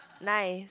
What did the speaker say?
nice